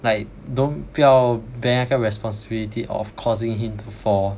like don't 不要 bear 那个 responsibility of causing him to fall